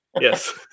Yes